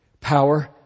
power